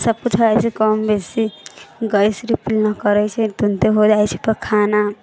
सबकिछु हो जाइ छै कम बेसी गैस रीफिल नहि करै छै तुरन्ते हो जाइ छै ओहिपर खाना